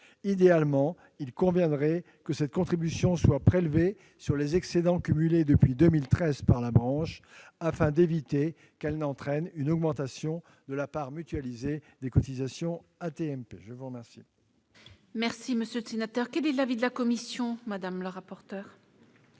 Idéalement, il conviendrait que cette contribution soit prélevée sur les excédents cumulés depuis 2013 par la branche, afin d'éviter une augmentation de la part mutualisée des cotisations AT-MP. Quel